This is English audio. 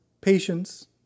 patience